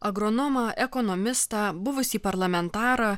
agronomą ekonomistą buvusį parlamentarą